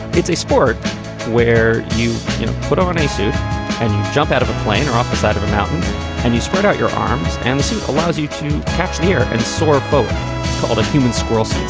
it's a sport where you put on a suit and you jump out of a plane or off the side of a mountain and you spread out your arms. anderson allows you to catch the air and sapo all the human swirls.